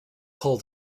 call